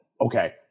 Okay